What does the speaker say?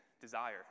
desire